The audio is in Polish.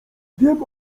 wiem